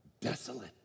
desolate